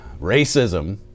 Racism